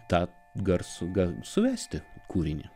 tą garsų gal suvesti kūrinį